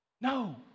No